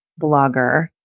blogger